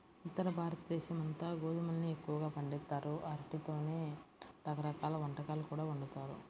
ఉత్తరభారతదేశమంతా గోధుమల్ని ఎక్కువగా పండిత్తారు, ఆటితోనే రకరకాల వంటకాలు కూడా వండుతారు